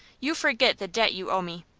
you forget the debt you owe me.